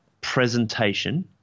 presentation